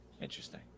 Interesting